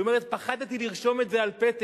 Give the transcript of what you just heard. היא אומרת: פחדתי לרשום את זה על פתק,